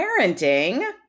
parenting